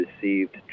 received